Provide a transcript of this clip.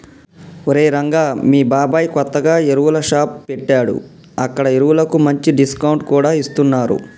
ఒరేయ్ రంగా మీ బాబాయ్ కొత్తగా ఎరువుల షాప్ పెట్టాడు అక్కడ ఎరువులకు మంచి డిస్కౌంట్ కూడా ఇస్తున్నరు